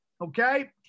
Okay